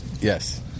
Yes